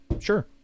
sure